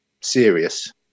serious